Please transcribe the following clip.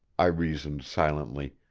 i reasoned silently,